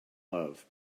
love